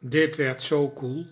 dit werd zoo koel